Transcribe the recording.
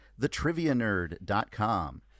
thetrivianerd.com